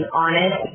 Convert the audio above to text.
honest